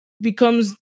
becomes